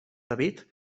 david